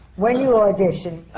when you auditioned,